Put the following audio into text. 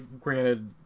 granted